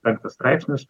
penktas straipsnis